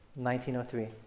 1903